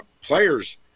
players